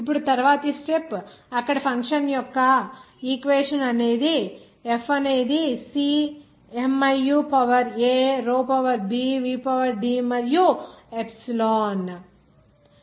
ఇప్పుడు తరువాతి స్టెప్ అక్కడ ఫంక్షన్ యొక్క ఈక్వేషన్ యొక్క F అనేది C miu power a rho power b v power d మరియు ఎప్సిలాన్ పవర్ e